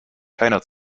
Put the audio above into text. keiner